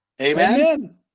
Amen